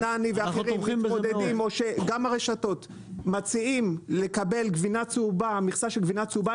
נני סיימן והרשתות מציעים לקבל מכסה של גבינה צהובה,